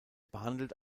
behandelt